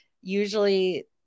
Usually